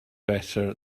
better